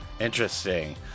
Interesting